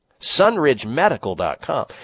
sunridgemedical.com